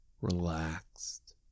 relaxed